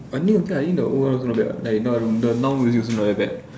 I think okay lah I think the old one not bad what the now music also not that bad